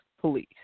police